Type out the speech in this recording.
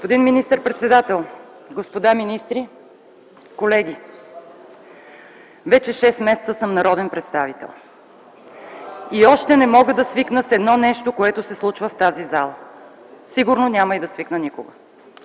Господин министър-председател, господа министри, колеги! Вече 6 месеца съм народен представител. (Реплики от ГЕРБ: „Браво!”) И още не мога да свикна с едно нещо, което се случва в тази зала, сигурно няма да свикна никога